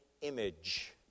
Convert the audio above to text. image